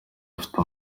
afite